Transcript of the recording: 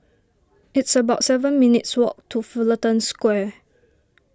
it's about seven minutes' walk to Fullerton Square